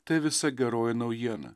tai visa geroji naujiena